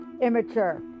immature